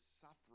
suffering